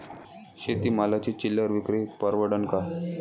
शेती मालाची चिल्लर विक्री परवडन का?